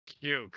Cute